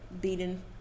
beaten –